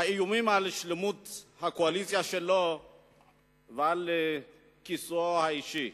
על האיומים על שלמות הקואליציה שלו ועל כיסאו האישי.